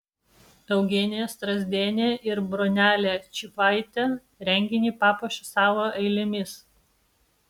eugenija strazdienė ir bronelė čyvaitė renginį papuošė savo eilėmis